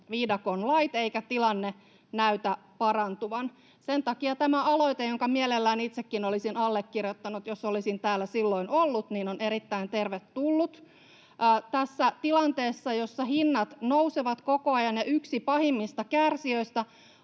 eikä tilanne näytä parantuvan. Sen takia tämä aloite, jonka mielellään itsekin olisin allekirjoittanut, jos olisin täällä silloin ollut, on erittäin tervetullut. Tässä tilanteessa, jossa hinnat nousevat koko ajan, pahimpia kärsijöitä